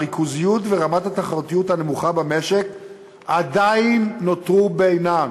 הריכוזיות ורמת התחרותיות הנמוכה במשק עדיין נותרו בעינן.